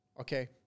Okay